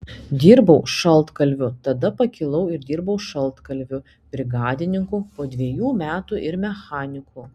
dirbau šaltkalviu tada pakilau ir dirbau šaltkalviu brigadininku po dviejų metų ir mechaniku